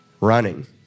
running